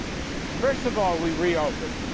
first of all, we reopened.